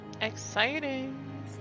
Exciting